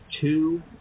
two